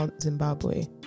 Zimbabwe